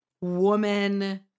woman